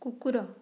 କୁକୁର